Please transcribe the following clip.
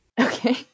Okay